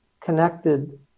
connected